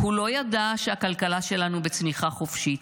הוא לא ידע שהכלכלה שלנו בצניחה חופשית,